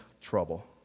trouble